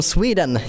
Sweden